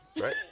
right